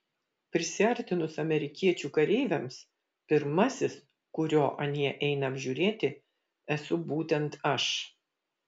prisiartinus amerikiečių kareiviams pirmasis kurio anie eina apžiūrėti esu būtent aš